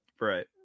Right